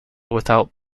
without